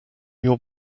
your